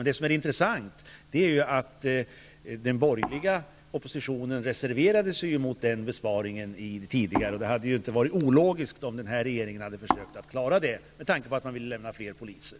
Det intressanta är att den borgerliga oppositionen reserverade sig mot den besparingen tidigare. Det hade inte varit ologiskt om den här regeringen hade försökt att klara det, med tanke på att man vill ha fler poliser.